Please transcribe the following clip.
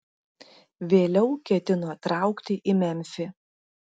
vėliau ketino traukti į memfį